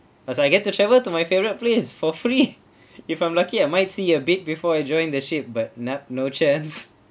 cause I get to travel to my favourite place for free if I'm lucky I might see a bit before I joined the ship but nah no chance